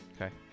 Okay